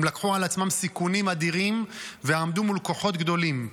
הם לקחו על עצמם סיכונים אדירים ועמדו מול כוחות גדולים,